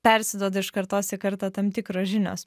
persiduoda iš kartos į kartą tam tikros žinios